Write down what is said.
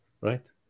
right